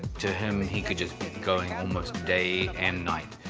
to him, and he could just be going almost day and night,